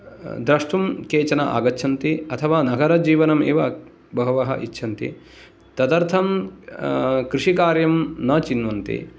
द्रष्टुं केचन आगच्छन्ति अथवा नगरजीवनं एव बहवः इच्छन्ति तदर्थं कृषिकार्यं न चिन्वन्ति